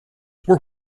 were